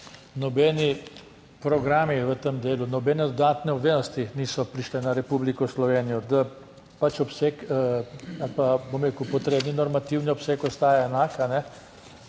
nobeni programi v tem delu, nobene dodatne obveznosti niso prišle na Republiko Slovenijo, da pač obseg ali pa, bom rekel, potrebni normativni obseg ostaja enak,